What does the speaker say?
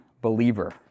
believer